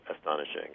astonishing